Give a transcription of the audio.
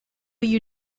you